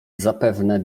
zapewne